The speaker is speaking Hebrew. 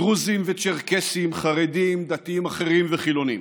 דרוזים וצ'רקסים, חרדים, דתיים אחרים וחילונים,